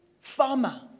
farmer